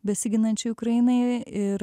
besiginančiai ukrainai ir